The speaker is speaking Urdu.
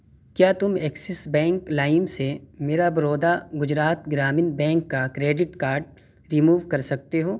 کیا تم ایکسس بینک سے میرا برودا گجرات گرامین بینک کا کریڈٹ کارڈ ریموو کر سکتے ہو